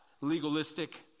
legalistic